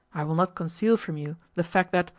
i will not conceal from you the fact that,